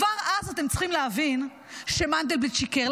כבר אז אתם צריכים להבין שמנדלבליט שיקר,